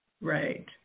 right